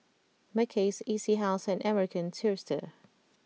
Mackays E C House and American Tourister